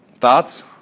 Thoughts